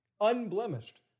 unblemished